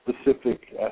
specific